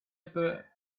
upper